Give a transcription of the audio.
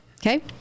Okay